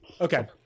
Okay